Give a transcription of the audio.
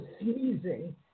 sneezing